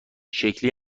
شکلی